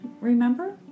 Remember